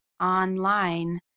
online